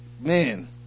man